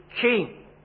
king